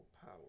power